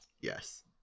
Yes